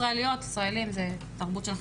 שלום